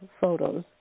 photos